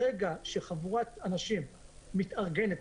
ברגע שחבורת אנשים מתארגנת,